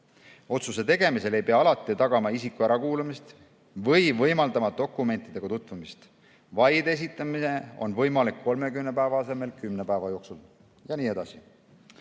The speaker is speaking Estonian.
Otsuse tegemisel ei pea alati tagama isiku ärakuulamist või võimaldama dokumentidega tutvumist, vaide esitamine on võimalik 30 päeva asemel 10 päeva jooksul. Eelnõuga